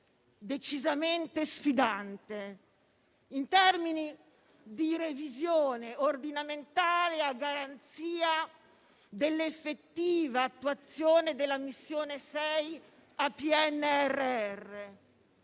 decisamente sfidante in termini di revisione ordinamentale, a garanzia dell'effettiva attuazione della missione 6 del PNRR,